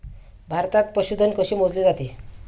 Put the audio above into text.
भारतात पशुधन कसे मोजले जाते?